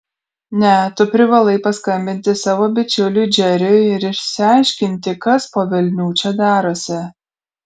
ne tu privalai paskambinti savo bičiuliui džeriui ir išsiaiškinti kas po velnių čia darosi